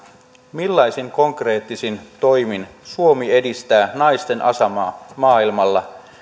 millaisin konkreettisin toimin suomi edistää naisten asemaa maailmalla